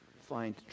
find